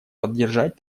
поддержать